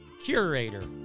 Curator